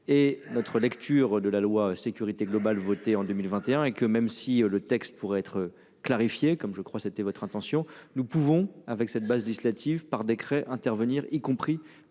et notre lecture de la loi sécurité globale, votée en 2021 et que même si le texte pourrait être clarifiées comme je crois c'était votre intention. Nous pouvons avec cette base législative par décret intervenir y compris